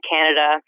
Canada